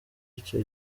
icyo